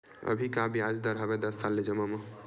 अभी का ब्याज दर हवे दस साल ले जमा मा?